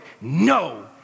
No